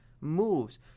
moves